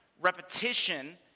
repetition